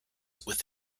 with